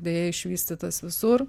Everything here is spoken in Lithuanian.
beje išvystytas visur